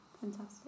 Fantastic